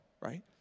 right